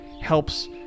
helps